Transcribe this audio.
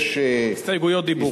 יש הסתייגויות דיבור.